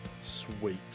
Sweet